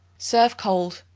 serve cold.